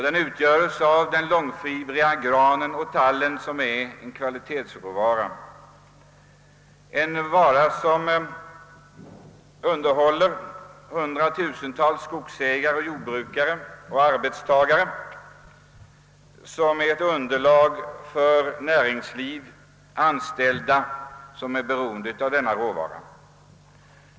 Den utgörs av den långfibriga granen och tallen som är en kvalitetsråvara som ger utkomst åt hundratals skogsägare, jordbrukare och arbetstagare och som är underlag för det näringsliv som är beroende av denna råvara.